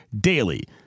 DAILY